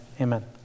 Amen